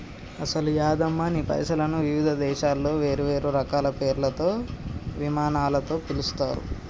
అసలు యాదమ్మ నీ పైసలను వివిధ దేశాలలో వేరువేరు రకాల పేర్లతో పమానాలతో పిలుస్తారు